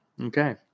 Okay